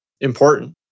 important